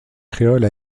créole